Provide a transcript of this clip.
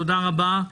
תודה רבה.